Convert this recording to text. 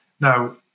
Now